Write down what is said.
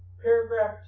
paragraph